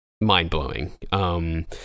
mind-blowing